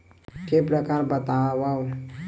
के प्रकार बतावव?